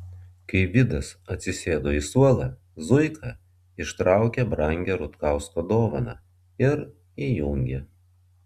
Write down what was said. kai vidas atsisėdo į suolą zuika ištraukė brangią rutkausko dovaną ir įjungė